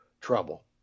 trouble